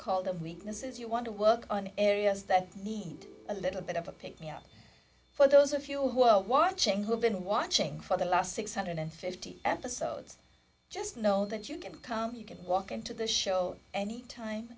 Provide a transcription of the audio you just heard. call them weaknesses you want to work on areas that need a little bit of a pick me up for those of you who are watching who been watching for the last six hundred fifty episodes just know that you can come you can walk into the show any time